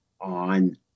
on